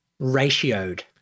Ratioed